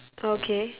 okay